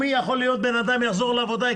שאם אדם יחזור לעבודה ביומי,